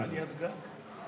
עליית גג.